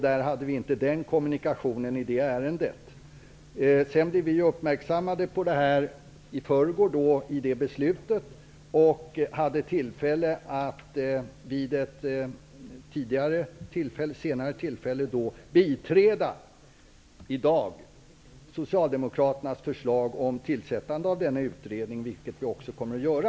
Där hade vi inte kommunikation i detta ärende. Vi blev uppmärksammade på detta genom beslutet i förrgår, och kunde vid ett senare tillfälle biträda Socialdemokraternas förslag om tillsättande av denna utredning, vilket vi också nu kommer att göra.